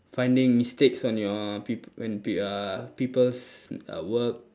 finding mistakes on your peop~ when peop~ uh people's uh work